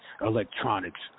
electronics